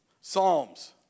Psalms